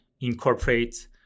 incorporate